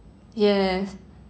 yes